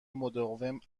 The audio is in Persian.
مداوم